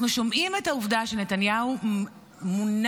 אנחנו שומעים את העובדה שנתניהו מונע